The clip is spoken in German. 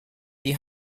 die